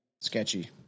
sketchy